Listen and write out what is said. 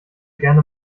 gerne